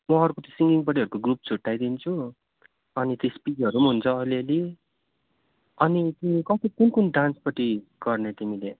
म अर्को सिङ्गिङहरूको ग्रुप छुट्याइदिन्छु अनि स्पिचहरू हुन्छ अलि अलि अनि तिमी कम्ती कुन कुन डान्सपट्टि गर्ने तिमीले